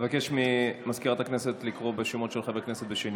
אבקש מסגנית המזכיר לקרוא שנית בשמות של חברי הכנסת.